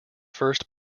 first